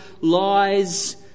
lies